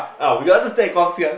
uh we want to stay at Guang-Xiang